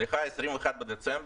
סליחה, 21 בדצמבר?